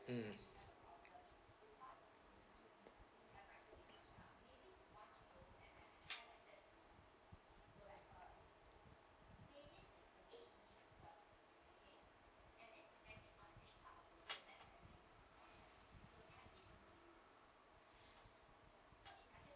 mm